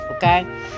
Okay